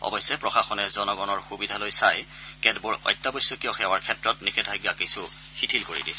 অৱশ্যে প্ৰশাসনে জনগণৰ সুবিধালৈ চাই কেতবোৰ অত্যাৱশ্যকীয় সেৱাৰ ক্ষেত্ৰত নিষেধাজ্ঞা কিছু শিথিল কৰি দিছে